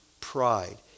pride